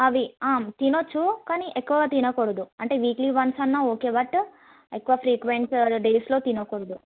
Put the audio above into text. అవి తినోచ్చు కానీ ఎక్కువ తినకూడదు అంటే వీక్లీ వన్స్ అన్నా ఓకే బట్ ఎక్కువ ఫ్రీక్వేంట్స్ డేస్లో తినకూడదు